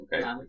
Okay